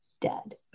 dead